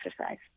exercise